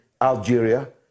Algeria